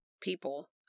people